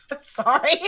sorry